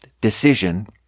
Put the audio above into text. decision